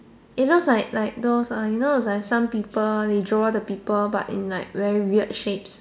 it looks like like those uh you know like some people they draw the people but in like very weird shapes